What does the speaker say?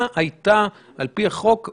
אני עוקב אחרי המספרים באדיקות.